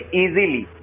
easily